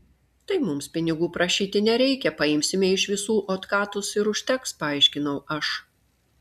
tai mums pinigų prašyti nereikia paimsime iš visų otkatus ir užteks paaiškinau aš